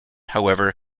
however